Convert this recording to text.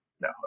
No